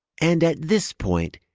and at this point,